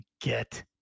get